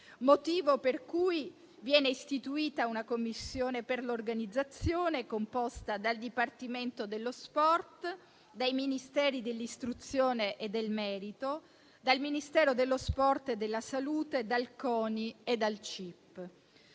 motivo per cui viene istituita una commissione per l'organizzazione composta dal Dipartimento dello sport, dai Ministeri dell'istruzione e del merito, dal Ministero dello sport e della salute, dal CONI e dal CIP.